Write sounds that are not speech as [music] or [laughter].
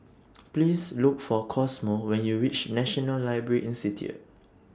[noise] Please Look For Cosmo when YOU REACH National Library Institute